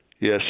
Yes